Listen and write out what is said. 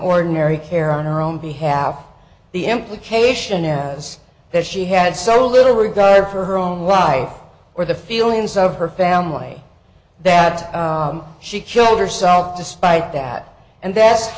ordinary care on her own behalf the implication as that she had several little regard for her own life or the feelings of her family that she killed herself despite that and that's